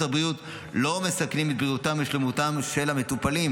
הבריאות לא מסכנים את בריאותם ושלמותם של המטופלים.